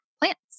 plants